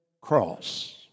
cross